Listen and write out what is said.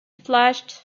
flashed